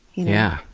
yeah.